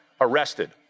Arrested